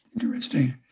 Interesting